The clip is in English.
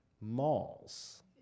Malls